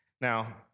Now